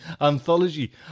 anthology